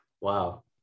Wow